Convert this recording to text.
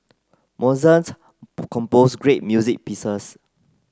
Mozart composed great music pieces